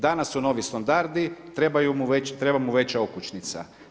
Danas su novi standardi, treba mu veća okućnica.